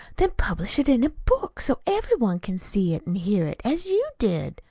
then publish it in a book, so everybody can see it and hear it, as you did.